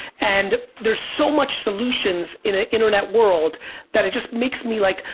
and there's so much solutions in an internet world that it just makes me like,